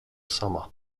sama